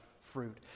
fruit